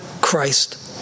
Christ